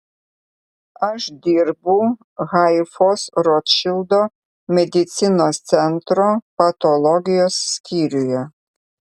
aš dirbu haifos rotšildo medicinos centro patologijos skyriuje